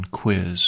quiz